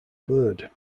bird